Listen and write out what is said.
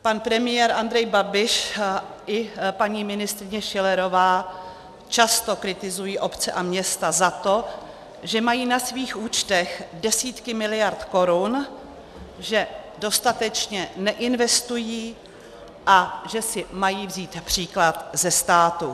Pan premiér Andrej Babiš i paní ministryně Schillerová často kritizují obce a města za to, že mají na svých účtech desítky miliard korun, že dostatečně neinvestují a že si mají vzít příklad ze státu.